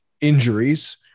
Injuries